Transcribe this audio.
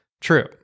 true